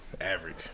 average